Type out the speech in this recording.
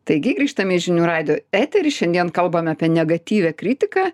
taigi grįžtam į žinių radijo eterį šiandien kalbam apie negatyvią kritiką